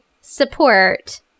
support